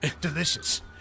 Delicious